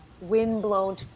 windblown